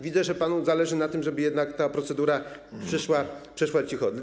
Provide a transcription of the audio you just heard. Widzę, że panu zależy na tym, żeby jednak ta procedura przeszła cicho.